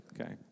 Okay